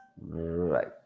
Right